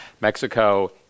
Mexico